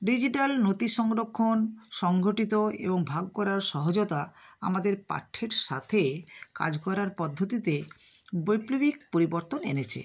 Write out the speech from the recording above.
digital নথি সংরক্ষণ সংগটিত এবং ভাগ করার সহজতা আমাদের পাঠ্যের সাথে কাজ করার পদ্ধতিতে বৈপ্লবিক পরিবর্তন এনেছে